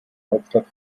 hauptstadt